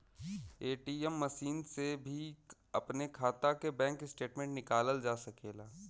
ATM machine से भी अपने खाता के बैंक स्टेटमेंट निकालल जा सकेला